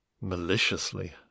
Maliciously